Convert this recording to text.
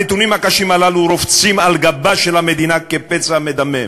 הנתונים הקשים הללו רובצים על גבה של המדינה כפצע מדמם